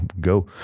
go